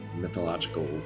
mythological